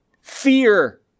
Fear